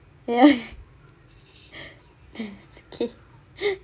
ya okay